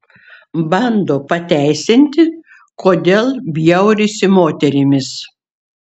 bando pateisinti kodėl bjaurisi moterimis